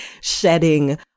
shedding